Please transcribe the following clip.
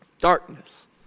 Darkness